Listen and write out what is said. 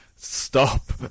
stop